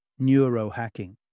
neurohacking